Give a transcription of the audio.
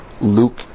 Luke